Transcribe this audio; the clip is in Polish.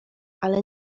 ale